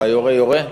ה"יורה יורה"?